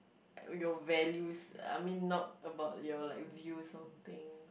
your values I mean not about your like views on things